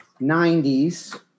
90s